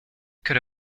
could